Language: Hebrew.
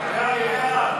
קבוצת סיעת יהדות התורה,